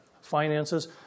finances